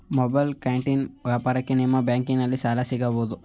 Mobile canteen ವ್ಯಾಪಾರಕ್ಕೆ ನಿಮ್ಮ ಬ್ಯಾಂಕಿನಲ್ಲಿ ಸಾಲ ಸಿಗಬಹುದೇ?